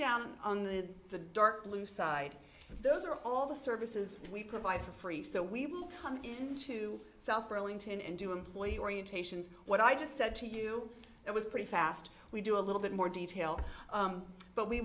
down on the the dark blue side those are all the services we provide for free so we will come in to south burlington and do employee orientations what i just said to you it was pretty fast we do a little bit more detail but we